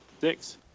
six